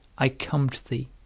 i come to thee,